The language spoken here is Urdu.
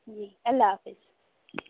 جی اللہ حافظ